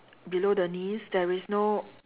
below the knees there is no